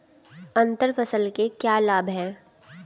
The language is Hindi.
अंतर फसल के क्या लाभ हैं?